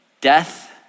death